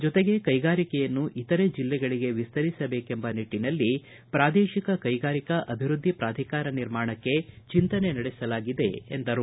ಜೊತೆಗೆ ಕೈಗಾರಿಕೆಯನ್ನು ಇತರೆ ಜಿಲ್ಲೆಗಳಿಗೆ ವಿಸ್ತರಿಸಬೇಕೆಂಬ ನಿಟ್ಟಿನಲ್ಲಿ ಪ್ರಾದೇಶಿಕ ಕೈಗಾರಿಕಾ ಅಭಿವೃದ್ಧಿ ಪ್ರಾಧಿಕಾರ ನಿರ್ಮಾಣಕ್ಕೆ ಚಿಂತನೆ ನಡೆಸಲಾಗಿದೆ ಎಂದರು